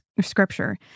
Scripture